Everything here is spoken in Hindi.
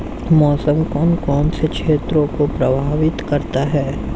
मौसम कौन कौन से क्षेत्रों को प्रभावित करता है?